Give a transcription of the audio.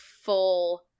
full